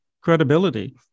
credibility